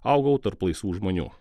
augau tarp laisvų žmonių